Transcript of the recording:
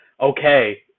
okay